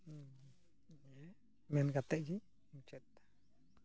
ᱦᱩᱸ ᱱᱤᱭᱟᱹ ᱢᱮᱱ ᱠᱟᱛᱮ ᱜᱤᱧ ᱢᱩᱪᱟᱹᱫ ᱮᱫᱟ